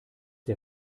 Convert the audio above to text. der